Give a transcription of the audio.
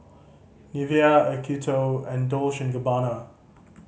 Nivea Acuto and Dolce and Gabbana